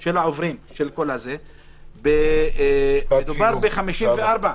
של העוברים, מדובר ב-54.